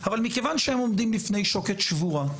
אבל מכיוון שהם עומדים בפני שוקת שבורה,